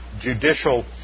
judicial